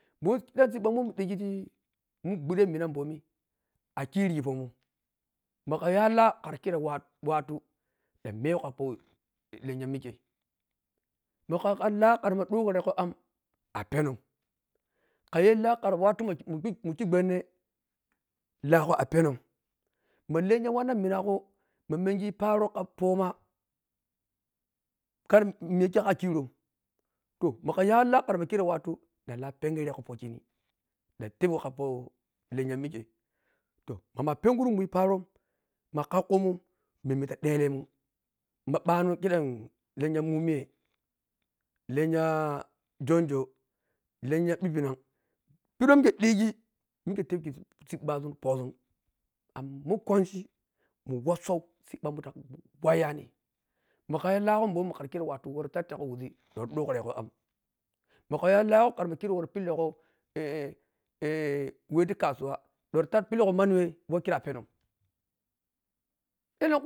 Momi khidham siɓɓa wah munpergi ti mungudhe mina momi a khirigi pomun makha yhalah makhero wa watu dhan meh khapolennya mikhe ma kha-hkaleg khala ma shugure gho am a penim khanyheleh khara mikhe gbwannhe lahgho apenim ma lennya wanna minagho ma mengi paro khapoma kar miya khe ka khirom to makhayha lahkhara makhere watu dhanlah pengheregho kha kheni dhantapego khapo kheni lennya mikhe to mama penguro muyi paro makkhaukhummu menlimaua dlehmun ma himma khidhan dhelehmun ma benne khidhan lennya mumuye lennya jonjo lennya ɓibina mikhe dhigi mikhe lekkhi sibbagun yaisin amma man kwanchi nim wosau sibba mun makhara yhe lahgho womi makhara ma woro siddgh wiʒi dhanwara dhungurgho am makha yha lahgho khara ma pill-gha wah ti kasuwa dhwara sat pillagh manniwah wah khero a penim ellen